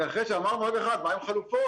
רק אחרי שאמרנו, רגע אחד, מה עם חלופות?